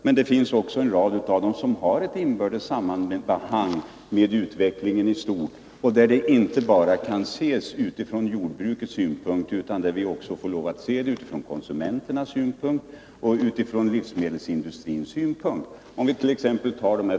Men det finns också en rad av dem som har ett inbördes samband med utvecklingen i stort och som inte bara kan ses utifrån jordbrukets synpunkt utan som vi får lov att se utifrån konsumenternas och livsmedelsindustrins synpunkt.